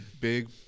big